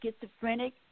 schizophrenic